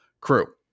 crew